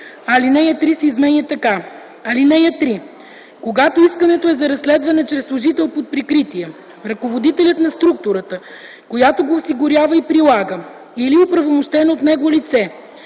ал. 3 се изменя така: „(3) Когато искането е за разследване чрез служител под прикритие, ръководителят на структурата, която го осигурява и прилага, или оправомощено от него лице